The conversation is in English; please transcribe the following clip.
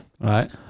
Right